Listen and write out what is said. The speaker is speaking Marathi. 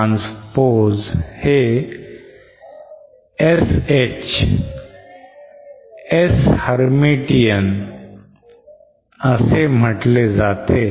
conjugate transpose हे SH S hermatian असे म्हटले जाते